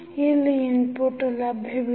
ಇಲ್ಲಿ ಇನ್ಪುಟ್ ಲಭ್ಯವಿದೆ